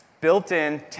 built-in